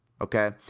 Okay